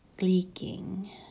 leaking